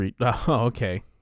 Okay